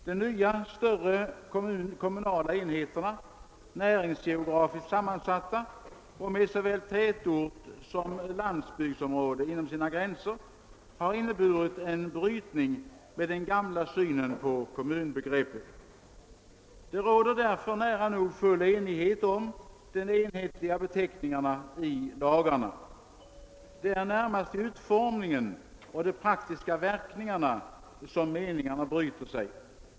De nya större kommunala enheterna, näringsgeografiskt sammansatta och med såväl tätort som landsbygdsområde inom sina gränser, har inneburit en brytning med den gamla synen på kommunbegreppet. Nu råder därför nära nog full enighet om de enhetliga beteckningarna i lagarna. Det är närmast beträffande utformningen och de praktiska verkningarna som meningarna bryter sig.